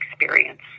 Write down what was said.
experience